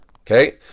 Okay